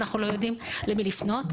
אנחנו לא יודעים למי לפנות,